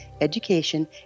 education